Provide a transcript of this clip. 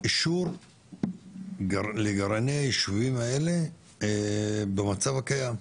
אישור גם לגרעיני הישובים האלה במצב הקיים,